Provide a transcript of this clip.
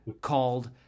called